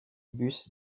bus